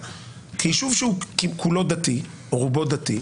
יישוב שהוא כולו דתי או רובו דתי,